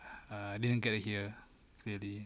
err didn't get to hear clearly